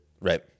Right